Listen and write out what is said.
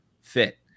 fit